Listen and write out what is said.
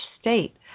state